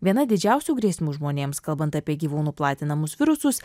viena didžiausių grėsmių žmonėms kalbant apie gyvūnų platinamus virusus